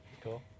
Cool